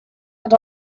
and